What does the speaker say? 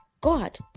God